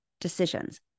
decisions